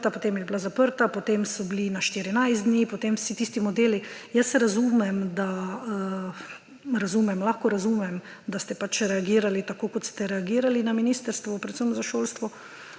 potem zaprta, potem so bili na 14 dni, potem vsi tisti modeli ... Razumem, mislim lahko razumem, da ste pač reagirali tako, kot ste reagirali na ministrstvu, predvsem za šolstvo,